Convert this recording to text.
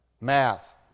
Math